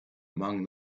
among